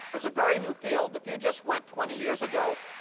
is a very new field. if you just went twenty years ago,